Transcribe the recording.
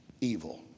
evil